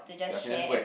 ya can just whack